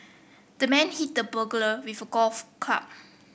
the man hit the burglar with a golf club